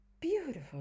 beautiful